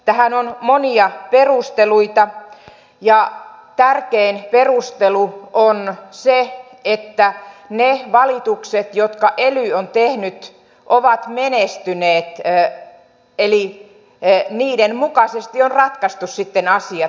tähän on monia perusteluita ja tärkein perustelu on se että ne valitukset jotka ely on tehnyt ovat menestyneet eli niiden mukaisesti on ratkaistu sitten asiat